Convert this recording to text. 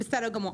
בסדר גמור.